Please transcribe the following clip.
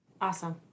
awesome